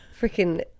freaking